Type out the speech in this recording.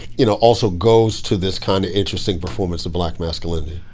you know also goes to this kind of interesting performance of black masculinity.